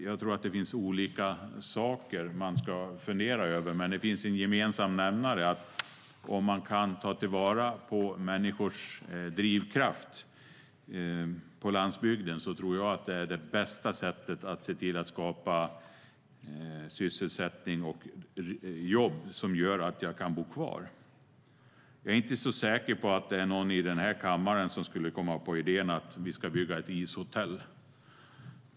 Jag tror att det finns olika saker man ska fundera över, men det finns en gemensam nämnare: Om man kan ta vara på människors drivkraft på landsbygden tror jag att det är det bästa sättet att se till att skapa sysselsättning och jobb, vilket gör att människor kan bo kvar. Jag är inte så säker på att det är någon i den här kammaren som skulle komma på idén att bygga ett ishotell.